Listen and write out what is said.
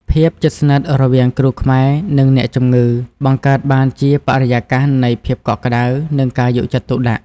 ភាពជិតស្និទ្ធរវាងគ្រូខ្មែរនិងអ្នកជំងឺបង្កើតបានជាបរិយាកាសនៃភាពកក់ក្តៅនិងការយកចិត្តទុកដាក់។